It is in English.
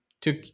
took